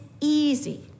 easy